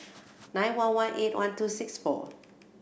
nine one one eight one two six four